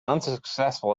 unsuccessful